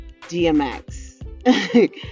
dmx